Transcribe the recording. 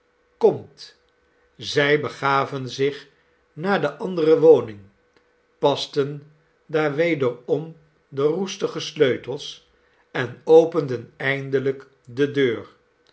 komtl zij begaven zich naar de andere woning pasten daar wederom de roestige sleutels en openden eindelijk de deur